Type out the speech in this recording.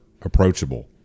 approachable